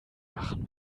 machen